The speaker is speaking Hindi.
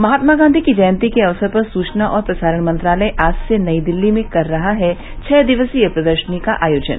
महात्मा गांधी की जयंती के अवसर पर सूचना और प्रसारण मंत्रालय आज से नई दिल्ली में कर रहा है छः दिवसीय प्रदर्शनी का आयोजन